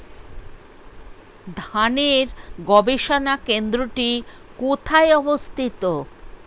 ধানের গবষণা কেন্দ্রটি কোথায় অবস্থিত?